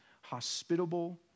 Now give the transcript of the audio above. hospitable